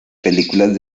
películas